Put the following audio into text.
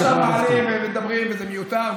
אנחנו עכשיו מעלים ומדברים וזה מיותר,